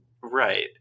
Right